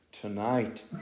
tonight